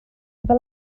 fel